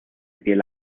piel